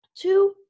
Two